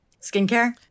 skincare